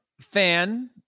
fan